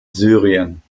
syrien